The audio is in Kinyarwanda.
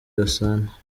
gasana